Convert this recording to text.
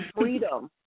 freedom